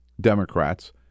Democrats